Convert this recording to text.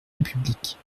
république